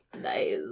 Nice